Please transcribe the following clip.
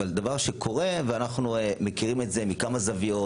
אבל דבר שקורה ואנחנו מכירים את זה מכמה זוויות,